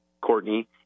Courtney